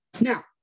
Now